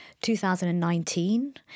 2019